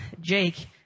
Jake